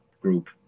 group